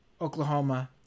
Oklahoma